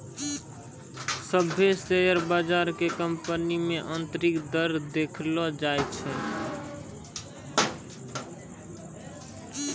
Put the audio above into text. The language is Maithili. सभ्भे शेयर बजार के कंपनी मे आन्तरिक दर देखैलो जाय छै